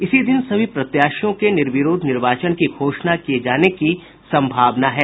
इसी दिन सभी प्रत्याशियों के निर्विरोध निर्वाचन की घोषणा किये जाने की संभावना है